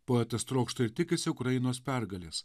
poetas trokšta ir tikisi ukrainos pergalės